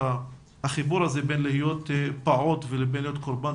החיבור הזה בין להיות פעוט ולהיות קורבן